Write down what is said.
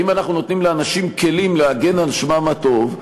האם אנחנו נותנים לאנשים כלים להגן על שמם הטוב,